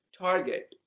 target